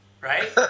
right